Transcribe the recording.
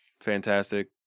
fantastic